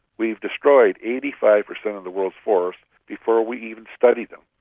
we've destroyed eighty five percent of the world's forest before we even studied them.